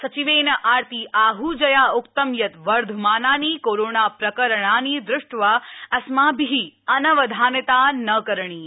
सचिवेन आरती आहजया उक्तयत् वर्धमानानि कोरोणा प्रकरणानि दृष्ट्वा अस्माभि अनवधानता न करणीया